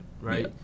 right